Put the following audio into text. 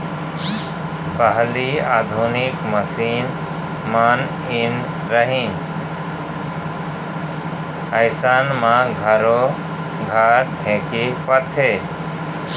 पहिली आधुनिक मसीन मन नइ रहिन अइसन म घरो घर ढेंकी पातें